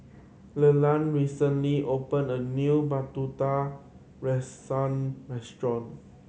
Leland recently opened a new rusa restaurant